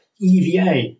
EVA